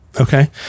okay